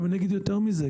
ואני אגיד יותר מזה,